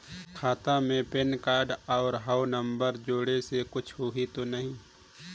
खाता मे PAN card और हव कारड नंबर जोड़े से कुछ होही तो नइ?